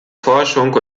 forschung